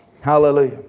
Hallelujah